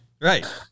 right